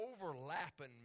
overlapping